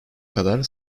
kadar